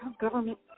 government